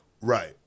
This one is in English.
Right